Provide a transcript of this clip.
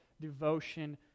devotion